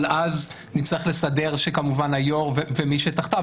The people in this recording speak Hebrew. אבל אז נצטרך לסדר שכמובן היו"ר ומי שתחתיו